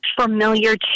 familiar